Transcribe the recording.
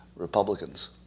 Republicans